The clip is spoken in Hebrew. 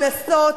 קנסות,